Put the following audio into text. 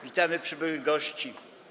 Witamy przybyłych gości.